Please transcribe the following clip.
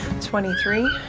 twenty-three